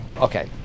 Okay